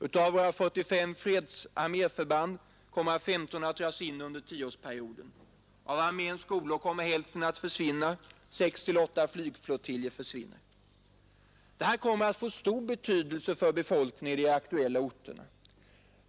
Utav våra 45 arméfredsförband kommer 15 att dras in under tioårsperioden. Av arméns skolor kommer hälften att försvinna. Sex å åtta flygflottiljer försvinner. Detta kommer att få stor betydelse för befolkningen i de aktuella orterna.